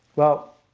well,